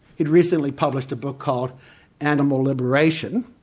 he'd recently published a book called animal liberation,